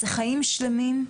זה חיים שלמים,